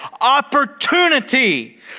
opportunity